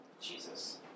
Jesus